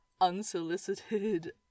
unsolicited